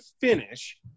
finish